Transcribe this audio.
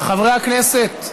חברי הכנסת,